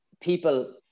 people